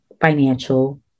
financial